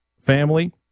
family